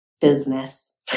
Business